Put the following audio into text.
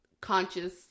conscious